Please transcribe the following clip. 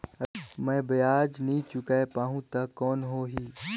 अगर मै ब्याज नी चुकाय पाहुं ता कौन हो ही?